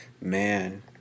Man